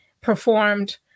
performed